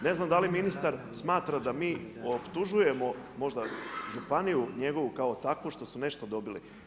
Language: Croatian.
Ne znam da li ministar smatra da mi optužujemo možda županiju njegovu kao takvu što su nešto dobili.